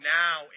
now